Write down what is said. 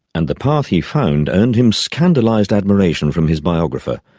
and the path he found earned him scandalised admiration from his biographer.